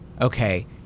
okay